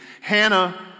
Hannah